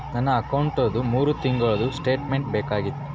ನನ್ನ ಅಕೌಂಟ್ದು ಮೂರು ತಿಂಗಳದು ಸ್ಟೇಟ್ಮೆಂಟ್ ಬೇಕಾಗಿತ್ತು?